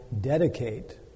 dedicate